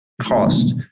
cost